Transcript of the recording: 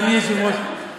אדוני היושב-ראש,